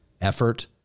effort